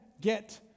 get